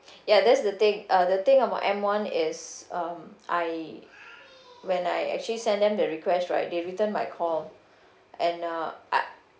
ya that's the thing uh the thing about M one is um I when I actually sent them the request right they return my call and uh I